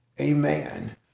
amen